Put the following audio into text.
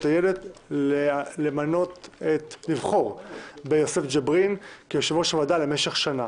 הילד את חבר הכנסת יוסף ג'בארין למשך שנה.